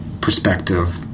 perspective